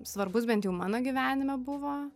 svarbus bent jau mano gyvenime buvo